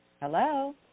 Hello